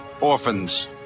orphans